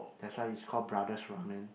that's why is called brothers' ramen